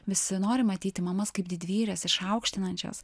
visi nori matyti mamas kaip didvyres išaukštinančias